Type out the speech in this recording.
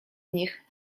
nich